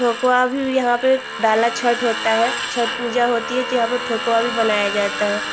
ठेकुवा भी यहाँ पर डाला छठ होती है छठ पूजा होती है तो यहाँ पर ठेकुवा भी बनाया जाता है